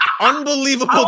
Unbelievable